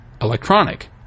electronic